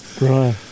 Right